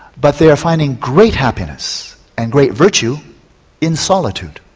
but they are finding great happiness and great virtue in solitude.